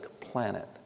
planet